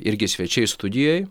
irgi svečiai studijoj